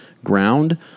ground